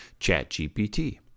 ChatGPT